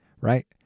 right